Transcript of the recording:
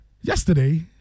Yesterday